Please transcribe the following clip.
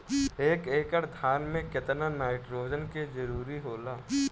एक एकड़ धान मे केतना नाइट्रोजन के जरूरी होला?